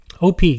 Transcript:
OP